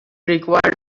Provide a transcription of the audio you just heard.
required